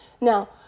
now